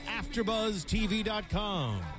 AfterBuzzTV.com